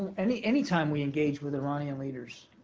any any time we engage with iranian leaders,